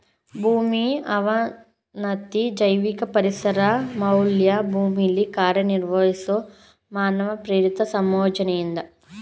ಭೂಮಿ ಅವನತಿ ಜೈವಿಕ ಪರಿಸರ ಮೌಲ್ಯ ಭೂಮಿಲಿ ಕಾರ್ಯನಿರ್ವಹಿಸೊ ಮಾನವ ಪ್ರೇರಿತ ಸಂಯೋಜನೆಯಿಂದ ಪ್ರಭಾವಿತವಾಗಿದೆ